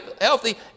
healthy